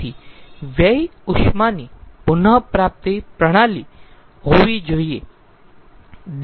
તેથી વ્યય ઉષ્માની પુન પ્રાપ્તિ પ્રણાલી હોવી જોઈએ